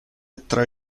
tra